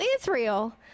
Israel